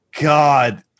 God